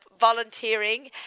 volunteering